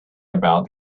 about